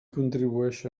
contribueix